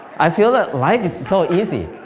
i feel that life is so easy.